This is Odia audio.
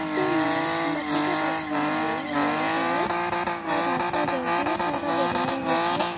ସେଇ ମାଟିରେ ଗଛ ଭଲ ବଢ଼ିଥାଏ ଆଉ ରାସ ଜୈବିକସାର ବ୍ୟବହାର ହୋଇଥାଏ